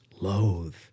loathe